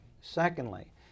Secondly